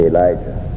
Elijah